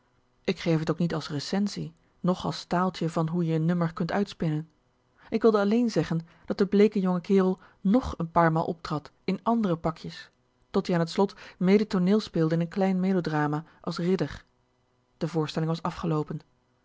ik geef het ook lijks niet als recensie noch als staaltje van boe je n nummer kunt uitspinnen ik wilde alleen zeggen dat de bleeke jonge kerel nog een paar maal optrad in andere pakjes tot-ie aan t slot mede tooneelspeelde in n klein melodrama als ridder de voorstelling was afgeloopen